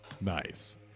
Nice